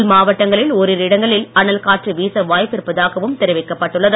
உள் மாவட்டங்களில் ஒரிரு இடங்களில் அனல் காற்று வீச வாய்ப்பிருப்பதாகவும் தெரிவிக்கப்பட்டுள்ளது